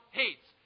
hates